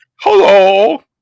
Hello